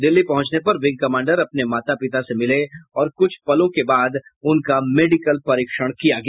दिल्ली पहुंचने पर wing commander अपने माता पिता से मिले और कुछ पलों के बाद उनका मेडिकल परीक्षण किया गया